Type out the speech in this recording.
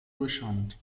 durchscheinend